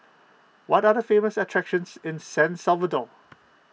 what are the famous attractions in San Salvador